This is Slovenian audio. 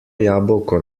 jabolko